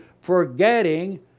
forgetting